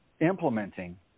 implementing